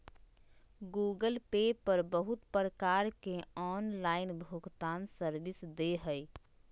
Google Pay पर बहुत प्रकार के ऑनलाइन भुगतान सर्विस दे हय